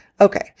Okay